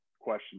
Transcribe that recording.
question